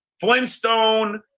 Flintstone